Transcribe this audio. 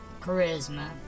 Charisma